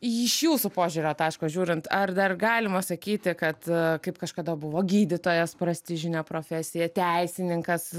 iš jūsų požiūrio taško žiūrint ar dar galima sakyti kad kaip kažkada buvo gydytojas prestižinė profesija teisininkas